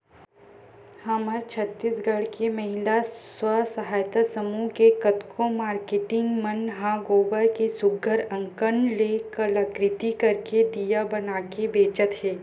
हमर छत्तीसगढ़ के महिला स्व सहयता समूह के कतको मारकेटिंग मन ह गोबर के सुग्घर अंकन ले कलाकृति करके दिया बनाके बेंचत हे